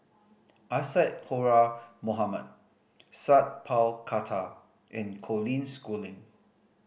Isadhora Mohamed Sat Pal Khattar and Colin Schooling